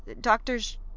doctors